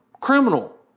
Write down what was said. criminal